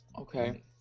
Okay